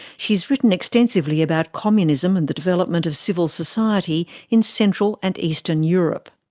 she's written extensively about communism and the development of civil society in central and eastern europe.